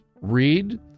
read